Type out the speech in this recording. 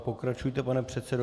Pokračujte, pane předsedo.